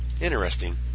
Interesting